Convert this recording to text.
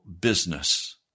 business